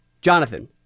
Jonathan